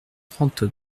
trente